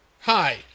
Hi